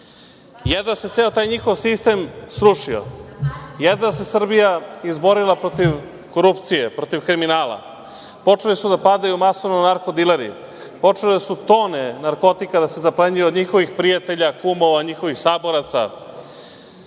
se ceo taj njihov sistem srušio, jedva se Srbija izborila protiv korupcije, protiv kriminala. Počeli su da padaju masovno narko dileri. Počele su tone narkotika da se zaplenjuju od njihovih prijatelja, kumova, saboraca.